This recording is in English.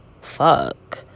fuck